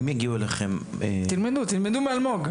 אם יגיעו אליכם -- תלמדו תלמדו מאלמוג,